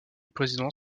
président